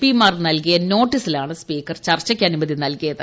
P മാർ നൽകിയ നോട്ടീസിലാണ് സ്പീക്കർ ചർച്ചയ്ക്ക് അനുമതി നൽകിയത്